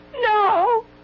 No